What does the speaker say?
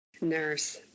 Nurse